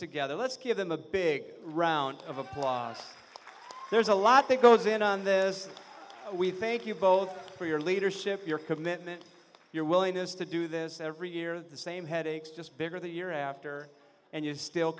together let's give them a big round of applause there's a lot that goes in on this we thank you both for your leadership your commitment your willingness to do this every year the same headaches just bigger the year after and you still